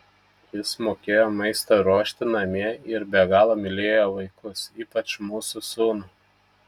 jis mokėjo maistą ruošti namie ir be galo mylėjo vaikus ypač mūsų sūnų